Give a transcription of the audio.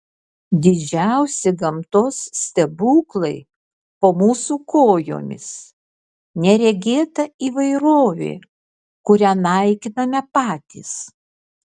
didžiausi gamtos stebuklai po mūsų kojomis neregėta įvairovė kurią naikiname patys